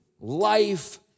life